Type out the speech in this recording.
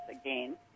again